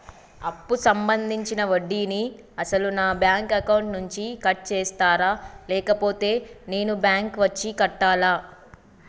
అప్పు సంబంధించిన వడ్డీని అసలు నా బ్యాంక్ అకౌంట్ నుంచి కట్ చేస్తారా లేకపోతే నేను బ్యాంకు వచ్చి కట్టాలా?